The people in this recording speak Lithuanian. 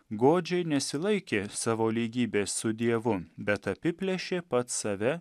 godžiai nesilaikė savo lygybės su dievu bet apiplėšė pats save